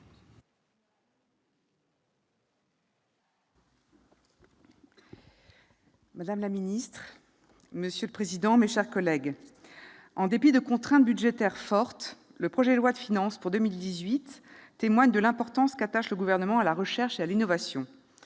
madame la ministre, mes chers collègues, en dépit de contraintes budgétaires fortes, le projet de loi de finances pour 2018 témoigne de l'importance qu'attache le Gouvernement à la recherche et à l'innovation,